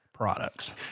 products